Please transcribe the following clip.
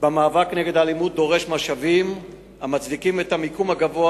במאבק נגד האלימות דורשת משאבים המצדיקים את המיקום הגבוה